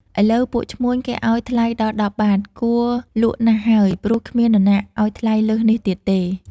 ឥឡូវពួកឈ្មួញគេឲ្យថ្លៃដល់ ១០ បាទ គួរលក់ណាស់ហើយ ព្រោះគ្មាននរណាឲ្យថ្លៃលើសនេះទៀតទេ។